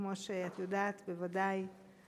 כמו שאת יודעת בוודאי,